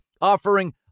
offering